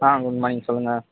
ஆ good morning சொல்லுங்கள்